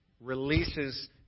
releases